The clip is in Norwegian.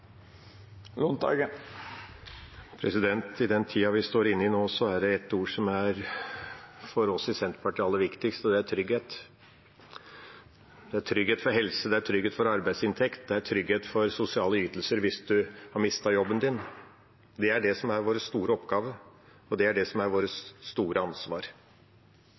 I den tida vi står inne i nå, er det ett ord som for oss i Senterpartiet er aller viktigst, og det er trygghet. Det er trygghet for helse, det er trygghet for arbeidsinntekt, det er trygghet for sosiale ytelser hvis en har mistet jobben sin. Det er det som er vår store oppgave, og det er det som er vårt store ansvar.